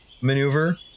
maneuver